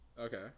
Okay